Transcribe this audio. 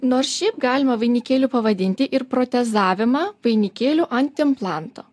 nors šiaip galima vainikėliu pavadinti ir protezavimą vainikėliu ant implanto